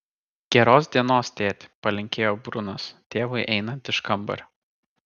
geros dienos tėti palinkėjo brunas tėvui einant iš kambario